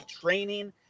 training